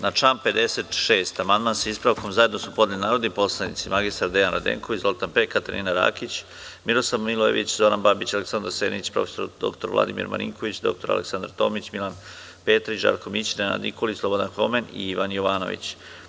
Na član 56. amandman sa ispravkom zajedno su podneli narodni poslanici mr Dejan Radenković, Zoltan Pek, Katarina Rakić, Miroslav Milojević, Zoran Babić, Aleksandar Senić, prof. dr Vladimir Marinković, dr Aleksandra Tomić, Milan Petrić, Žarko Mićin, Nenad Nikolić, Slobodan Homen i Ivan Jovanović.